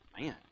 man